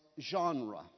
genre